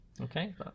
Okay